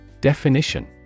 Definition